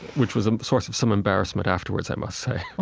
which was a source of some embarrassment afterwards, i must say,